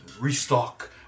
restock